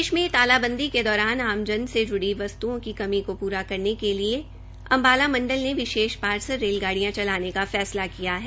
देश में तालाबंदी के दौरान आमजन से जूड़ी बस्तुओं की कमी को पूरा करने के लिए अंबाला मंडल ने विशेष पार्सल रेलगाडियां चलाने का थे सला किया है